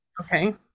okay